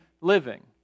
living